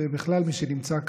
ובכלל מי שנמצא כאן,